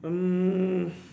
mm